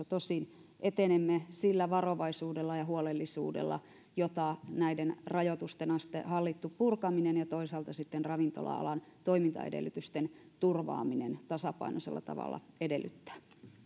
tosin etenemme sillä varovaisuudella ja huolellisuudella jota näiden rajoitusten hallittu purkaminen ja toisaalta sitten ravintola alan toimintaedellytysten turvaaminen tasapainoisella tavalla edellyttää